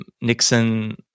Nixon